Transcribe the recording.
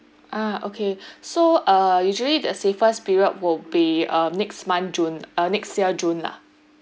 ah okay so err usually the safest period would be err next month june next year june lah